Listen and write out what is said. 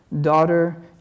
Daughter